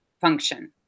function